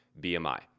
BMI